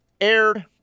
Aired